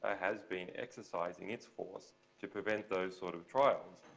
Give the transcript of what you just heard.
ah has been exercising its force to prevent those sort of trials.